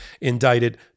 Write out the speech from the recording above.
indicted